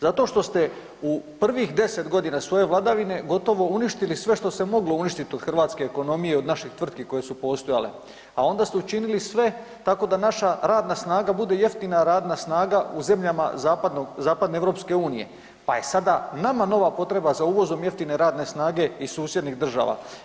Zato što ste u prvih 10 g. svoje vladavine gotovo uništili sve što se moglo uništite od hrvatske ekonomije, od naših tvrtki koje su postojale a onda ste učinili sve tako da naša radna snaga bude jeftina radna snaga u zemljama zapadne EU-a pa je sada nama nova potreba za uvozom jeftine radne snage iz susjedne država.